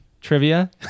trivia